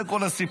זה כל הסיפור.